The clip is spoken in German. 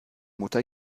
mutter